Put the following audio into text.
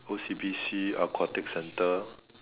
O_C_B_C aquatic center